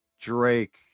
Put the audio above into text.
Drake